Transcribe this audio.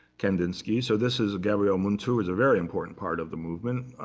kandinsky. so this is gabriele munter, who was a very important part of the movement,